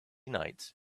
knights